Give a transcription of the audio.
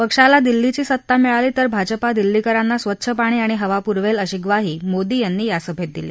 पश्चाला दिल्लीची सत्ता मिळाली तर भाजपा दिल्लीकरांना स्वच्छ पाणी आणि हवा पुरवेल अशी ग्वाही मोदी यांनी या सभेत दिली